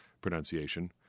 pronunciation